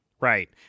Right